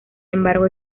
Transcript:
embargo